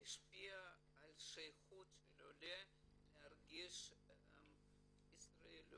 השפיע על שייכות העולה להרגיש ישראליות.